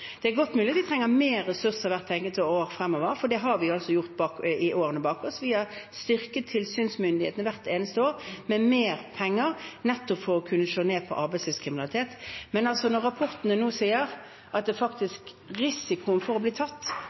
det er også krevende. Det er godt mulig vi trenger mer ressurser hvert enkelt år fremover, for det har vi også gjort i årene bak oss. Vi har styrket tilsynsmyndighetene hvert eneste år med mer penger, nettopp for å kunne slå ned på arbeidslivskriminalitet. Men når det i rapportene nå sies at risikoen for å bli tatt